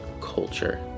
culture